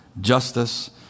justice